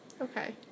Okay